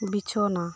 ᱵᱤᱪᱷᱚᱱᱟ